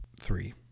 three